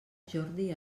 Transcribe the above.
jordi